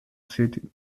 city